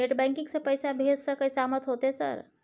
Net banking से पैसा भेज सके सामत होते सर?